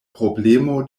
problemo